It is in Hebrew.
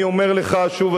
אני אומר לך שוב,